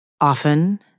often